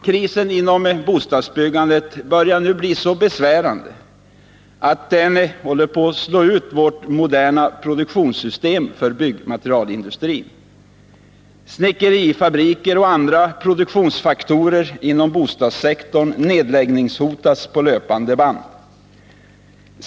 Krisen inom bostadsbyggandet börjar nu bli så besvärande att den håller på att slå ut vårt moderna produktionssystem för byggmaterialindustrin. Snickerifabriker och andra produktionsfaktorer inom bostadssektorn nedläggningshotas på löpande band.